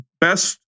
best